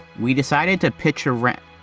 we decided to pitch a.